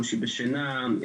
קושי בשינה,